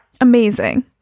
amazing